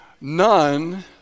none